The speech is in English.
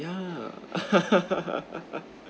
yeah